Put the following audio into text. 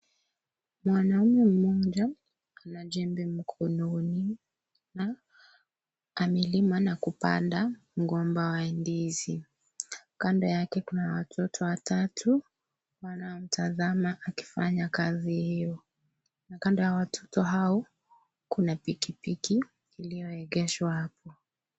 Mwanaume mmoja ana jembe mkononi na amelima na kupanda mgomba wa ndizi, kando yake kuna watoto watatu wanamtazama akifanya kazi hiyo, na kando ya watoto hao kuna pikipiki iliyoegeshwa hapo.